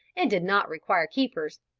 and did not require keepers,